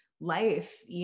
life